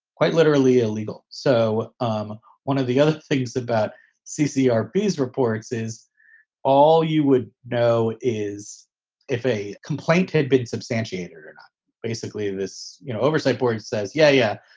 quite literally illegal. so um one of the other things about ccr bs reports is all you would know is if a complaint had been substantiated. and basically, this oversight board says, yeah, yeah